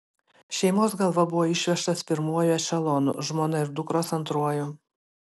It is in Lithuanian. šeimos galva buvo išvežtas pirmuoju ešelonu žmona ir dukros antruoju